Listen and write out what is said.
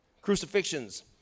crucifixions